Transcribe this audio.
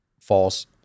false